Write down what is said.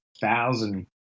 thousand